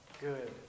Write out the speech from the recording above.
good